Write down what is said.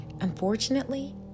Unfortunately